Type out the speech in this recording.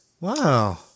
Wow